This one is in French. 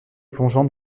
plongeant